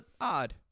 odd